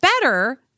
better